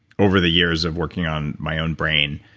over the years of working on my own brain,